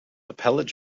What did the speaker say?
appellate